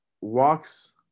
walks